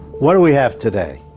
what do we have today?